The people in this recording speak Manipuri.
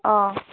ꯑꯥ